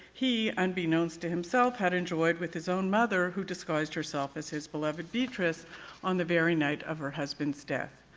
he unbeknownst to himself had enjoyed with his own mother who disguised herself as his beloved beatrice on the very night of her husband's death.